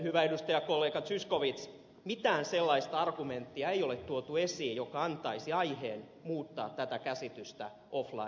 hyvä edustajakollega zyskowicz mitään sellaista argumenttia ei ole tuotu esiin joka antaisi aiheen muuttaa tätä käsitystä offline äänestyksestä